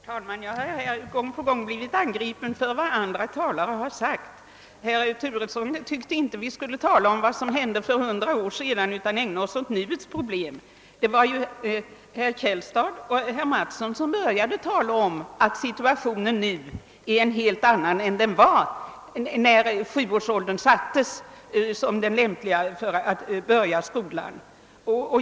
Herr talman! Jag har gång på gång blivit angripen för vad andra talare har sagt. Herr Turesson tyckte inte att vi skulle tala om vad som hände för hundra år sedan utan ägna oss åt nuets problem. Det var ju herr Käll stad och herr Mattsson som började tala om att situationen nu är en helt annan än den var, när sjuårsåldern bestämdes som den lämpliga för att börja skolan.